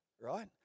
right